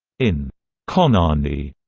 in khonani,